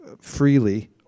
freely